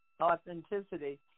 authenticity